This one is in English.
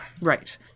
Right